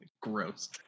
Gross